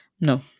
No